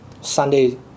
Sunday